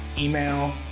Email